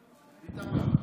בבקשה, שלוש דקות לרשותך.